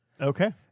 Okay